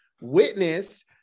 witness